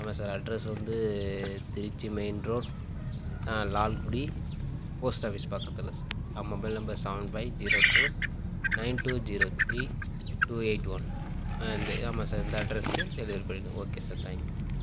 ஆமாம் sir address வந்து Trichy main road Lalgudi post office பக்கத்தில் சார் ஆமாம் mobile number seven five zero two nine two zero three two eight one ஆ இந்த ஆமாம் சார் இந்த அட்ரஸ்க்கு டெலிவரி பண்ணிடுங்கள் ஓகே சார் தேங்க்யூ